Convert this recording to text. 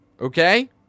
Okay